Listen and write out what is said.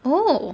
oh